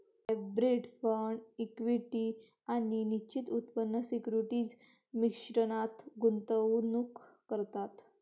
hybrid fund equity आणि निश्चित उत्पन्न सिक्युरिटीज मिश्रणात गुंतवणूक करतात